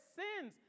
sins